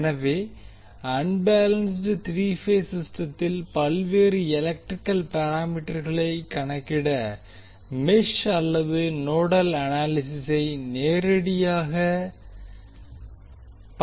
எனவே unbalanced three phase சிஸ்டத்தில் பல்வேறு எலெக்ட்ரிக்கல் பாராமீட்டர்களை கணக்கிட மெஷ் அல்லது நோடல் அனாலிஸிஸை நேரடியாக பயன்படுத்தலாம்